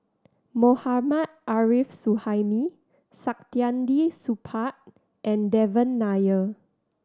Mohammad Arif Suhaimi Saktiandi Supaat and Devan Nair